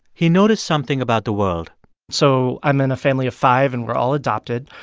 he noticed something about the world so i'm in a family of five, and we're all adopted.